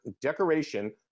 decoration